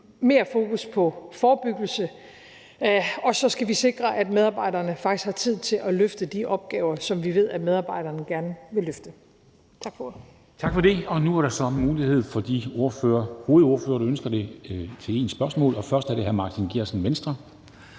mere fokus på forebyggelse. Og så skal vi sikre, at medarbejderne faktisk har tid til at løfte de opgaver, som vi ved at medarbejderne gerne vil løfte. Tak for ordet. Kl. 13:08 Formanden (Henrik Dam Kristensen): Tak for det. Nu er der så mulighed for de hovedordførere, som ønsker det, at stille ét spørgsmål. Først er det hr. Martin Geertsen, Venstre.